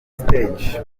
stage